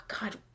God